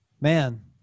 man